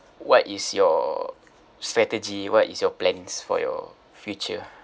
what is your strategy what is your plans for your future